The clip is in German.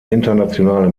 internationale